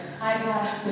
Hi